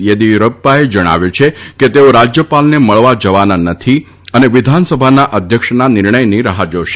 યેદીયુરપ્પાએ જણાવ્યું છે કે તેઓ રાજ્યપાલને મળવા જવાના નથી અને વિધાનસભાના અધ્યક્ષના નિર્ણયની રાહ જોશે